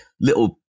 little